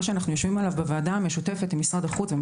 שאנחנו יושבים עליו בוועדה המשותפת עם משרד החוץ ועם